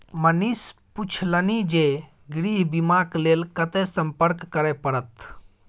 मनीष पुछलनि जे गृह बीमाक लेल कतय संपर्क करय परत?